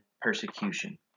persecution